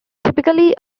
typically